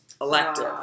elective